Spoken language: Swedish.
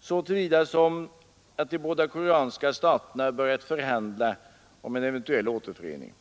så till vida som de båda koreanska staterna börjat förhandla om en eventuell återförening.